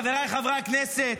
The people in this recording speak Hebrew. חבריי חברי הכנסת,